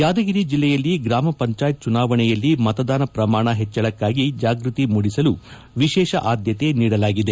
ಯಾದಗಿರಿ ಜಿಲ್ಲೆಯಲ್ಲಿ ಗ್ರಾಮ ಪಂಚಾಯತ್ ಚುನಾವಣೆಯಲ್ಲಿ ಮತದಾನ ಪ್ರಮಾಣ ಹೆಚ್ಚಳಕ್ಕಾಗಿ ಜಾಗೃತಿ ಮೂಡಿಸಲು ವಿಶೇಷ ಆದ್ಲತೆ ನೀಡಲಾಗಿದೆ